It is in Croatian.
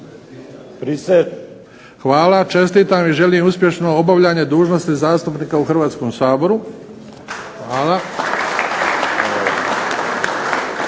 Hvala. Čestitam i želim uspješno obavljanje dužnosti zastupnika u Hrvatskom saboru.